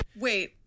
wait